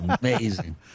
amazing